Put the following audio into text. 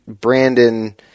Brandon